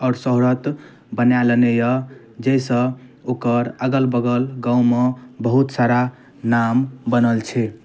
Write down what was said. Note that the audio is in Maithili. आओर शोहरत बना लेने अइ जाहिसँ ओकर अगल बगल गाममे बहुत सारा नाम बनल छै